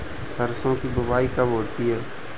सरसों की बुआई कब होती है?